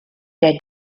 der